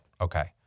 Okay